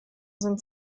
sind